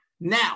Now